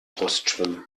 brustschwimmen